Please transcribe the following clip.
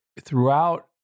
throughout